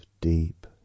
deep